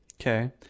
Okay